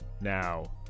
now